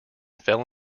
fell